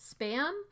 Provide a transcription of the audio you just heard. spam